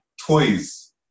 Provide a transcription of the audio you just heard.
Toys